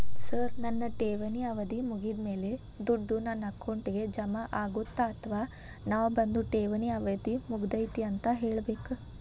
Sir ನನ್ನ ಠೇವಣಿ ಅವಧಿ ಮುಗಿದಮೇಲೆ, ದುಡ್ಡು ನನ್ನ ಅಕೌಂಟ್ಗೆ ಜಮಾ ಆಗುತ್ತ ಅಥವಾ ನಾವ್ ಬಂದು ಠೇವಣಿ ಅವಧಿ ಮುಗದೈತಿ ಅಂತ ಹೇಳಬೇಕ?